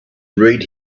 read